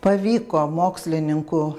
pavyko mokslininkų